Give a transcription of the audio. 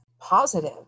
positive